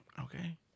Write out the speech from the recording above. Okay